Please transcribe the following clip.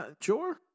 sure